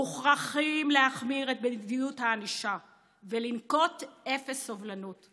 מוכרחים להחמיר את מדיניות הענישה ולנקוט אפס סובלנות.